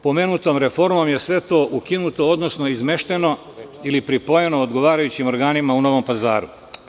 Pomenutom reformom je sve to ukinuto, odnosno izmešteno ili pripojeno odgovarajućim organima u Novom Pazaru.